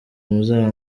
muzaba